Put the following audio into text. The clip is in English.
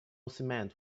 cement